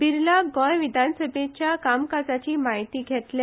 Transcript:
बिर्ला गोंय विधानसभेच्या कामकाजाची माहिती घेतले